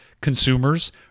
consumers